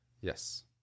Yes